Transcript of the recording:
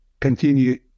continue